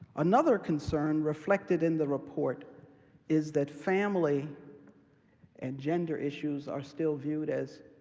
another concern reflected in the report is that family and gender issues are still viewed as